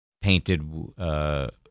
painted